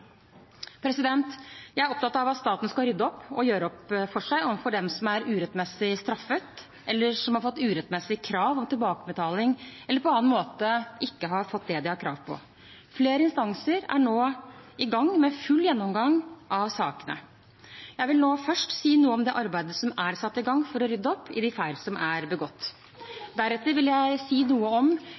Jeg er opptatt av at staten skal rydde opp og gjøre opp for seg overfor dem som er urettmessig straffet, eller som har fått urettmessig krav om tilbakebetaling eller på annen måte ikke fått det de har krav på. Flere instanser er nå i gang med en full gjennomgang av sakene. Jeg vil nå først si noe om det arbeidet som er satt i gang for å rydde opp i de feil som er begått. Deretter vil jeg si noe om